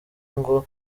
ngo